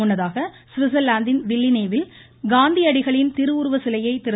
முன்னதாக சுவிட்சர்லாந்தின் வில்லினேவில் காந்தியடிகளின் திருவுருவ சிலையை திரு